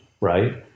right